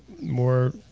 more